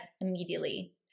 immediately